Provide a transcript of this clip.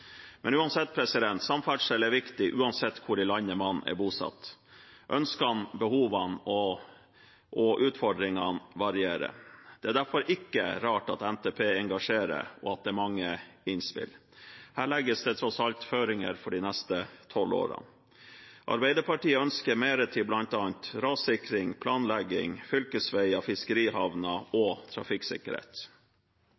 Men samferdsel er viktig uansett hvor i landet man er bosatt. Ønskene, behovene og utfordringene varierer. Det er derfor ikke rart at NTP engasjerer, og at det er mange innspill. Her legges det tross alt føringer for de neste tolv årene. Arbeiderpartiet ønsker mer til bl.a. rassikring, planlegging, fylkesveier, fiskerihavner og